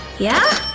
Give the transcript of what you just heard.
yeah?